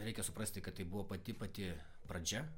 reikia suprasti kad tai buvo pati pati pradžia